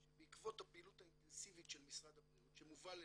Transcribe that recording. שבעקבות הפעילות האינטנסיבית של משרד הבריאות שמובלת